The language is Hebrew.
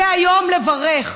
זה היום לברך,